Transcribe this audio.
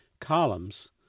columns